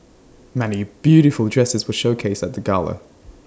many beautiful dresses were showcased at the gala